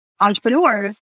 entrepreneurs